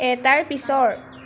এটাৰ পিছৰ